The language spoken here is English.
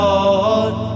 Lord